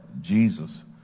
Jesus